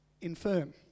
infirm